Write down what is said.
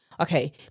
Okay